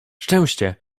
szczęście